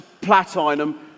Platinum